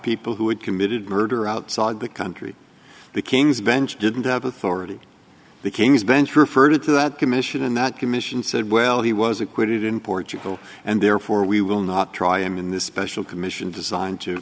people who had committed murder outside the country the king's bench didn't have authority the king's bench referred to that commission and that commission said well he was acquitted in portugal and therefore we will not try him in this special commission designed to